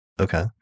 Okay